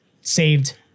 saved